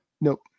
Nope